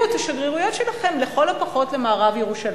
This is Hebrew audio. את השגרירויות שלכם לכל הפחות למערב ירושלים.